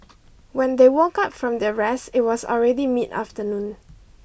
when they woke up from their rest it was already mid afternoon